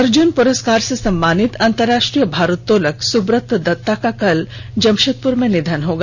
अर्जुन पुरस्कार से सम्मानित अंतरराष्ट्रीय भारतोलक सुब्रत दत्ता का कल जमषेदपुर में निधन हो गया